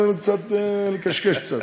לפחות תן לנו לקשקש קצת.